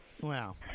Wow